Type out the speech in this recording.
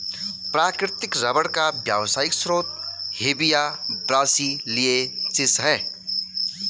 प्राकृतिक रबर का व्यावसायिक स्रोत हेविया ब्रासिलिएन्सिस है